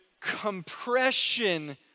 compression